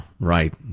right